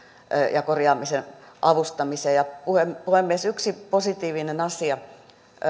ja korjaamisen avustamiseen puhemies on yksi positiivinen asia